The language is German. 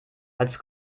als